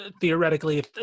theoretically